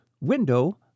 window